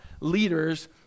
leaders